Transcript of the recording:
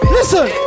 Listen